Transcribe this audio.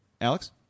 Alex